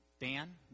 dan